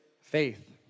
faith